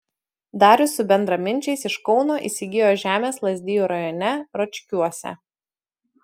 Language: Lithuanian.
darius su bendraminčiais iš kauno įsigijo žemės lazdijų rajone ročkiuose